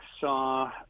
saw